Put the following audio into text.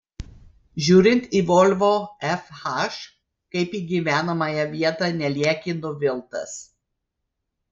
žiūrint į volvo fh kaip į gyvenamąją vietą nelieki nuviltas